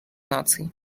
наций